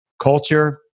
culture